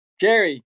Jerry